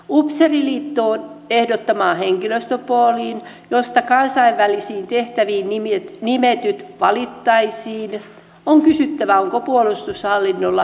upseeriliiton ehdottamasta henkilöstöpoolista josta kansainvälisiin tehtäviin nimetyt valittaisiin on kysyttävä onko puolustushallinnolla tähän varaa